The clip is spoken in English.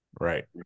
Right